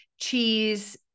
cheese